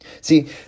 See